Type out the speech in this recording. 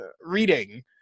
reading